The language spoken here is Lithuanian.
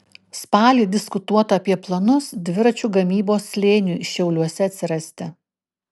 spalį diskutuota apie planus dviračių gamybos slėniui šiauliuose atsirasti